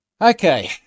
Okay